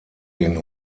den